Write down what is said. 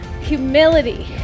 Humility